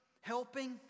helping